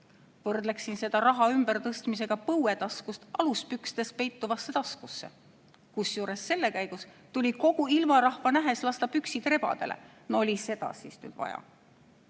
Võrdleksin seda raha ümbertõstmisega põuetaskust aluspükstes peituvasse taskusse, kusjuures selle käigus tuli kogu ilmarahva nähes püksid rebadele lasta. No oli seda siis vaja?